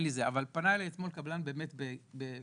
אתמול פנה אליי קבלן בבקשה,